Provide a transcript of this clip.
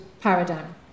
paradigm